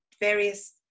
various